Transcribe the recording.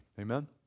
Amen